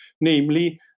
namely